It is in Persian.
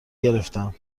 گرفتم